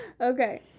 Okay